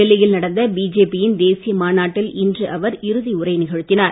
டெல்லியில் நடந்த பிஜேபியின் தேசிய மாநாட்டில் இன்று அவர் இறுதி உரை நிகழ்த்தினார்